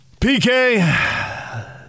PK